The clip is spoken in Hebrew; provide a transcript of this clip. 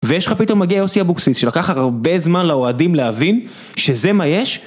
ויש לך פתאום מגיע יוסי אבוקסיס שלקח הרבה זמן לאוהדים להבין שזה מה יש.